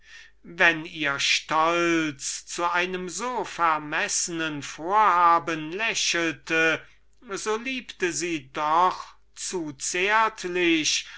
wenn ihr stolz zu einem so vermessenen vorhaben lächelte so liebte sie doch zu zärtlich